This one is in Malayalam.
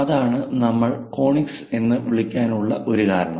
അതാണ് നമ്മൾ കോണിക്സ് എന്ന് വിളിക്കാനുള്ള ഒരു കാരണം